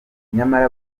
nyamara